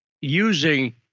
using